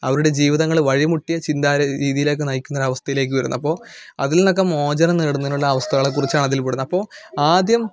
അവരുടെ ജീവിതങ്ങള് വഴിമുട്ടിയ ചിന്താരി രീതിലേക്ക് നയിക്കുന്നൊരവസ്ഥയിലേക്ക് വരുന്നു അപ്പോൾ അതിൽ നിന്നൊക്കെ മോചനം നേടുന്നതിനുള്ളവസ്ഥകളെക്കുറിച്ചാണ് അതിൽപ്പെടുന്നെ അപ്പോ ആദ്യം